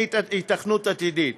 היתכנות עתידית.